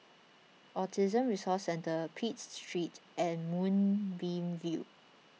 Autism Resource Centre Pitt Street and Moonbeam View